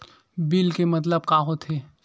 Bill के मतलब का होथे?